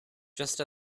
just